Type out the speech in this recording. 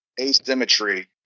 asymmetry